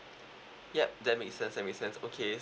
yup that makes sense that makes sense okay